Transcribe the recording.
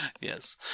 Yes